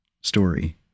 story